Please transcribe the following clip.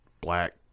black